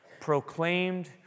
proclaimed